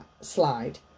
slide